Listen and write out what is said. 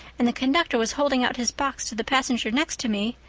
and the conductor was holding out his box to the passenger next to me,